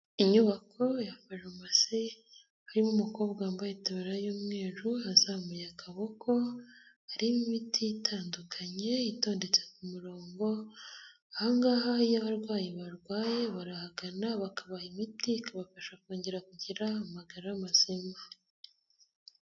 Inyubako ya farumasi harimo umukobwa wambaye itaraburiya y'umweru azamuye akaboko, hari n'imiti itandukanye itondetse ku murongo , ahangaha iyo abarwayi barwaye barahagana bakabaha imiti, ikabafasha kongera kugira amagara masemare.